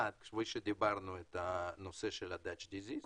אחד, הנושא של המחלה ההולנדית.